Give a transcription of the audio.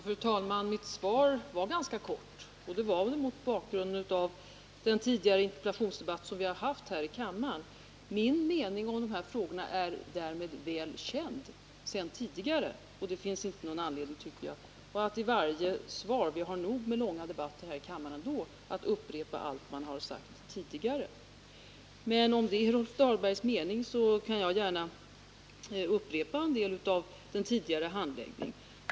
Fru talman! Mitt svar var ganska kort, och anledningen härtill var den tidigare interpellationsdebatt som vi har haft här i kammaren. Min mening i frågan är därmed väl känd sedan tidigare, och det finns inte anledning att i varje svar — vi har nog med långa debatter här i kammaren ändå — upprepa allt vad man sagt tidigare. Men om det är Rolf Dahlbergs önskan, skall jag gärna än en gång redogöra för delar av handläggningen av denna fråga.